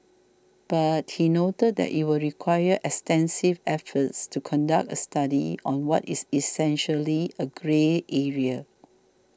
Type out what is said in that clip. but he noted that it would require extensive efforts to conduct a study on what is essentially a grey area